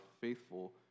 faithful